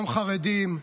גם חרדים,